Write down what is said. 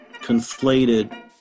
conflated